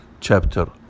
Chapter